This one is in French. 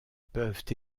peuvent